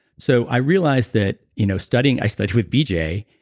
so, i realize that you know studying. i studied with b. j.